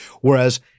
Whereas